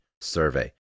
survey